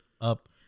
up